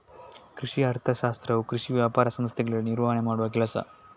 ಕೃಷಿ ಅರ್ಥಶಾಸ್ತ್ರವು ಕೃಷಿ ವ್ಯಾಪಾರ ಸಂಸ್ಥೆಗಳಲ್ಲಿ ನಿರ್ವಹಣೆ ಮಾಡುವ ಕೆಲಸ